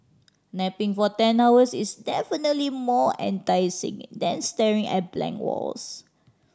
napping for ten hours is definitely more enticing than staring at blank walls